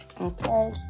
Okay